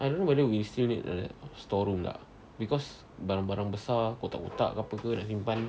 I don't know whether we still need store room tak because barang-barang besar kotak-kotak apa ke nak simpan